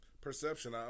Perception